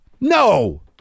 no